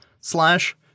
slash